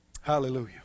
Hallelujah